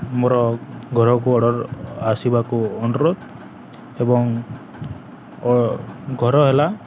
ମୋର ଘରକୁ ଅର୍ଡ଼ର୍ ଆସିବାକୁ ଅନୁରୋଧ ଏବଂ ଘର ହେଲା